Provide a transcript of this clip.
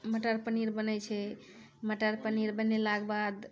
मटर पनीर बनै छै मटर पनीर बनेला के बाद